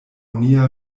nia